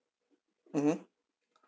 mmhmm